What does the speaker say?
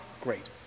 great